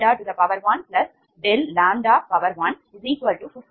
6007118